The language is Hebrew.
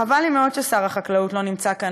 חבל לי מאוד ששר החקלאות לא נמצא כאן.